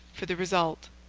for the result.